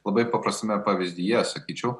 labai paprastame pavyzdyje sakyčiau